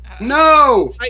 No